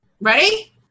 ready